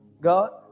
God